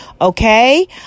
Okay